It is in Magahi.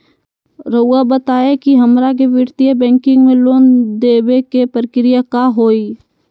रहुआ बताएं कि हमरा के वित्तीय बैंकिंग में लोन दे बे के प्रक्रिया का होई?